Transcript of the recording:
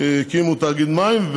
הקימו תאגיד מים,